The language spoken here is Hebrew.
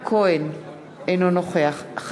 אינו נוכח יצחק כהן,